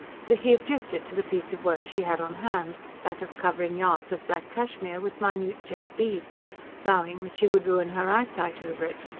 for he objected to the piece of work she had on hand that of covering yards of black cashmere with minute jet beads vowing that she would ruin her eyesight over it.